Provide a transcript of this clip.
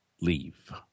leave